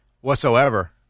whatsoever